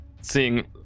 Seeing